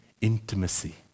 intimacy